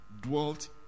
dwelt